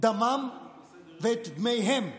דמם ואת דמיהם לכולנו,